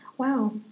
wow